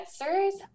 answers